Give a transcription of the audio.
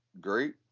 great